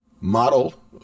model